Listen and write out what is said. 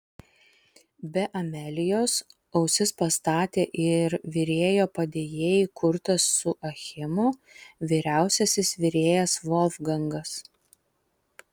be amelijos ausis pastatė ir virėjo padėjėjai kurtas su achimu vyriausiasis virėjas volfgangas